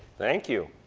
thank you.